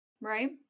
Right